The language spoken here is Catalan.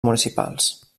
municipals